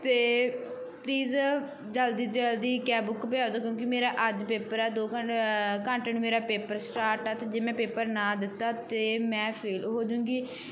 ਅਤੇ ਪਲੀਜ਼ ਜਲਦੀ ਤੋਂ ਜਲਦੀ ਕੈਬ ਬੁੱਕ ਪਹੁੰਚਾ ਦਿਓ ਕਿਉਂਕਿ ਮੇਰਾ ਅੱਜ ਪੇਪਰ ਹੈ ਦੋ ਘੰਟੇ ਘੰਟੇ ਨੂੰ ਮੇਰਾ ਪੇਪਰ ਸਟਾਰਟ ਆ ਅਤੇ ਜੇ ਮੈਂ ਪੇਪਰ ਨਾ ਦਿੱਤਾ ਤਾਂ ਮੈਂ ਫੇਲ ਹੋਜੂੰਗੀ